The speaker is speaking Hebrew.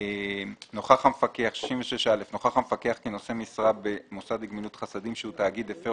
נוכח המפקח כי נושא משרה במוסד לגמילות חסדים שהוא תאגיד הפר